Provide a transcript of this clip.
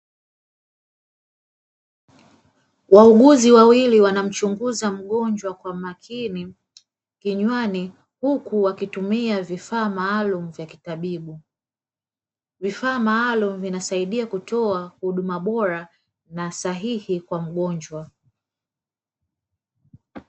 Wauguzi wawili wanamchunguza mgonjwa kwa makini kinywani huku wakitumia vifaa maalumu vya kitabibu, vifaa maalumu vinasaidia kutoa huduma bora na sahihi kwa mgonjwa.